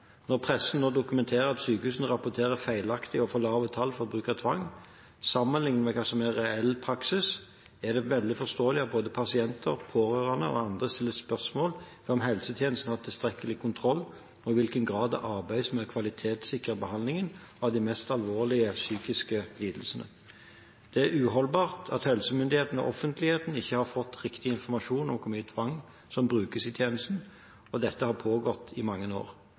Når pressen dokumenterer at sykehusene rapporterer feilaktig og for lave tall for bruk av tvang sammenliknet med hva som er reell praksis, er det veldig forståelig at pasienter, pårørende og andre stiller spørsmål ved om helsetjenesten har tilstrekkelig kontroll, og i hvilken grad det arbeides med å kvalitetssikre behandlingen av de mest alvorlige psykiske lidelsene. Det er uholdbart at helsemyndighetene og offentligheten ikke har fått riktig informasjon om hvor mye tvang som brukes i tjenesten, og at dette har pågått i mange år.